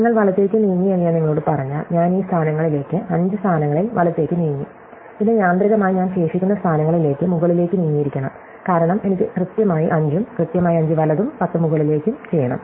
നിങ്ങൾ വലത്തേക്ക് നീങ്ങി എന്ന് ഞാൻ നിങ്ങളോട് പറഞ്ഞാൽ ഞാൻ ഈ സ്ഥാനങ്ങളിലേക്ക് അഞ്ച് സ്ഥാനങ്ങളിൽ വലത്തേക്ക് നീങ്ങി പിന്നെ യാന്ത്രികമായി ഞാൻ ശേഷിക്കുന്ന സ്ഥാനങ്ങളിലേക്ക് മുകളിലേക്ക് നീങ്ങിയിരിക്കണം കാരണം എനിക്ക് കൃത്യമായി 5 ഉം കൃത്യമായി 5 വലതും 10 മുകളിലേക്കും ചെയ്യണം